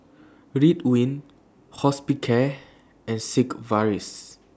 Ridwind Hospicare and Sigvaris